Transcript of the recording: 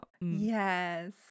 Yes